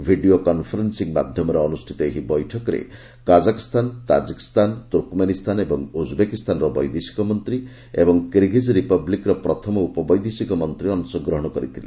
video conferencing ମାଧ୍ୟମରେ ଅନୁଷ୍ଠିତ ଏହି ବୈଠକରେ କାଜାଖସ୍ଥାନ ତାଜିକ୍ସ୍ଥାନ ତୁର୍କିମେନିସ୍ଥାନ ଓ ଉଜ୍ବେକିସ୍ଥାନର ବୈଦେଶିକମନ୍ତ୍ରୀ ଏବଂ କିରିଗିଜ୍ ରିପବ୍ଲିକର ପ୍ରଥମ ଉପବୈଦେଶିକ ମନ୍ତ୍ରୀ ଅଂଶ ଗ୍ରହଣ କରିଥିଲେ